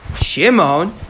Shimon